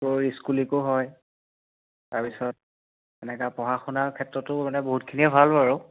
তোৰ স্কুল উইকো হয় তাৰপাছত এনেকুৱা পঢ়া শুনাৰ ক্ষেত্ৰতো মানে বহুতখিনিয়ে ভাল বাৰু